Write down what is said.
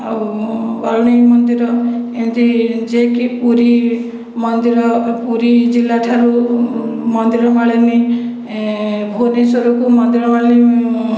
ଆଉ ବରୁଣେଇ ମନ୍ଦିର ଏମିତି ଯିଏକି ପୁରୀ ମନ୍ଦିର ପୁରୀ ଜିଲ୍ଲା ଠାରୁ ମନ୍ଦିରମାଳିନୀ ଭୁବନେଶ୍ୱରକୁ ମନ୍ଦିରମାଳିନୀ